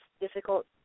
difficult